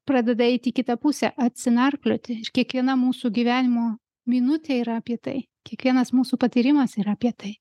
pradeda eit į kitą pusę atsinarplioti ir kiekviena mūsų gyvenimo minutė yra apie tai kiekvienas mūsų patyrimas yra apie tai